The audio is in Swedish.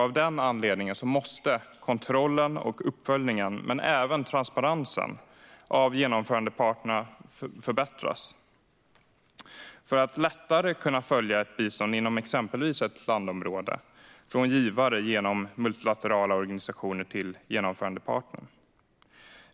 Av den anledningen måste kontrollen och uppföljningen, men även transparensen, av genomförandepartnerna förbättras för att man lättare ska kunna följa ett bistånd inom exempelvis ett landområde från givare genom multilaterala organisationer till genomförandepartnern.